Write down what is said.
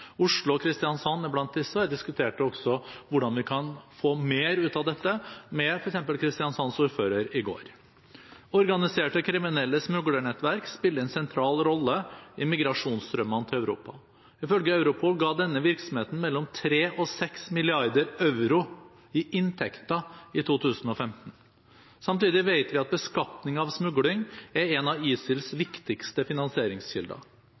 Oslo og Kristiansand er blant disse. Jeg diskuterte også hvordan vi kan få mer ut av dette med Kristiansands ordfører i går. Organiserte kriminelle smuglernettverk spiller en sentral rolle i migrasjonsstrømmen til Europa. Ifølge Europol ga denne virksomheten mellom 3 og 6 mrd. euro i inntekter i 2015. Samtidig vet vi at beskatning av smugling er en av ISILs viktigste finansieringskilder.